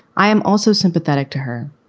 i am also sympathetic to her.